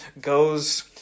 goes